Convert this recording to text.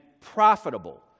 profitable